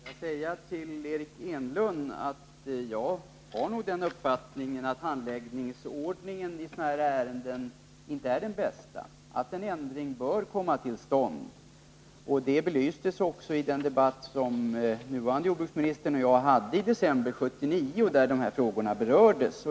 Herr talman! Får jag säga till Eric Enlund att jag har den uppfattningen att handläggningsordningen i sådana här ärenden inte är den bästa och att en ändring bör komma till stånd. Det belystes också i den debatt som den nuvarande jordbruksministern och jag hade i december 1979 och där de här frågorna berördes.